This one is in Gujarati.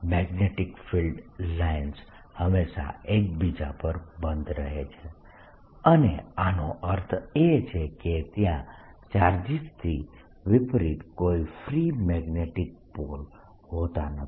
મેગ્નેટીક ફિલ્ડ લાઇન્સ હંમેશાં એકબીજા પર બંધ રહે છે અને આનો અર્થ એ છે કે ત્યાં ચાર્જીસથી વિપરીત કોઈ ફ્રી મેગ્નેટીક પોલ હોતા નથી